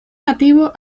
nativo